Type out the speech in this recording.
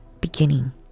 beginning